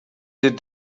did